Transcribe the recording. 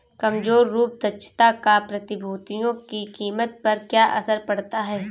कमजोर रूप दक्षता का प्रतिभूतियों की कीमत पर क्या असर पड़ता है?